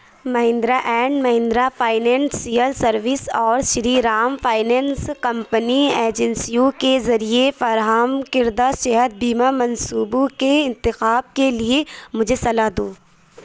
Mahindra and Mahindra financial service اور Shri Ram finance company ایجنسیوں کے ذریعہ فراہم کردہ صحت بیمہ منصوبوں کے انتخاب کے لیے مجھے صلاح دو